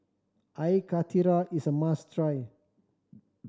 Air Karthira is a must try